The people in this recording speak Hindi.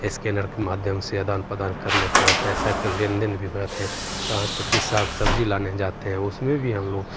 स्कैनर के माध्यम से आदान प्रदान कर लेते हैं पैसा का लेनदेन भी हो जाता है यहाँ तक कि साग सब्ज़ी लाने जाते हैं उसमें भी हमलोग